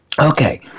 Okay